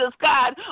God